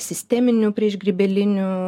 sisteminių priešgrybelinių